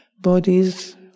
bodies